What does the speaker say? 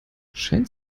scheint